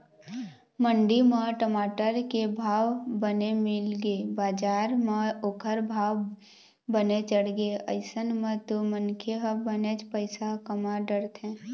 मंडी म टमाटर के भाव बने मिलगे बजार म ओखर भाव बने चढ़गे अइसन म तो मनखे ह बनेच पइसा कमा डरथे